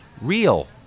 real